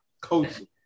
coaching